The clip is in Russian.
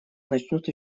начнут